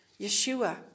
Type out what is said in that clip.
Yeshua